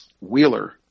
Wheeler